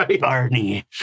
Barney